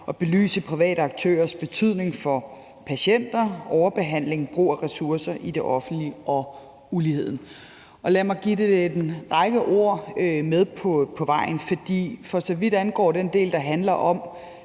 at belyse private aktørers betydning for patienter, overbehandling, brug af ressourcer i det offentlige og uligheden. Lad mig give det en række ord med på vejen. For så vidt angår den del, der handler om